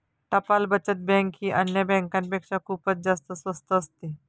टपाल बचत बँक ही अन्य बँकांपेक्षा खूपच जास्त स्वस्त असते